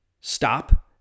stop